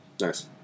Nice